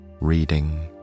reading